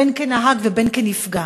בין כנהג ובין כנפגע,